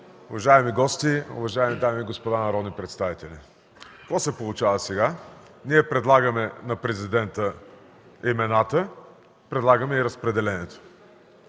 Уважаеми гости, уважаеми дами и господа народни представители! Какво се получава сега? Ние предлагаме на президента имената, предлагаме и разпределението.